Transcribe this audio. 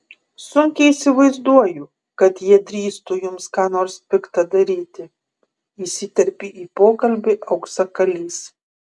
sunkiai įsivaizduoju kad jie drįstų jums ką nors pikta daryti įsiterpė į pokalbį auksakalys